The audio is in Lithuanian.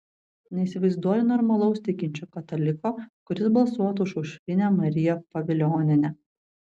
neįsivaizduoju normalaus tikinčio kataliko kuris balsuotų už aušrinę mariją pavilionienę